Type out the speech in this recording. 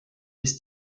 ist